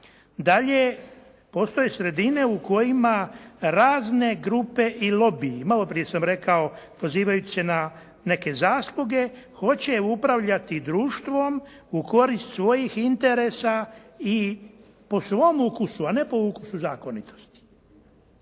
Dalje, postoje sredine u kojima razne grupe i lobiji, malo prije sam rekao pozivajući se na neke zasluge, hoće upravljati društvom u korist svojih interesa i po svom ukusu, a ne po ukusu zakonitosti.